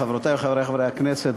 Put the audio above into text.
חברותי וחברי חברי הכנסת,